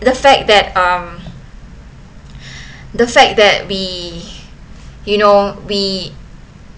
the fact that um the fact that we you know we